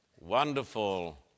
wonderful